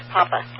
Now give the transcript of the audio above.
Papa